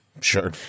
Sure